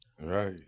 Right